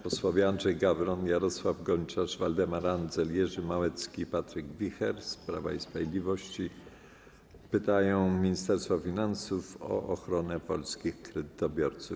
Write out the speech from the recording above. Posłowie Andrzej Gawron, Jarosław Gonciarz, Waldemar Andzel, Jerzy Małecki i Patryk Wicher z Prawa i Sprawiedliwości pytają Ministerstwo Finansów o ochronę polskich kredytobiorców.